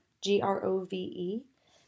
G-R-O-V-E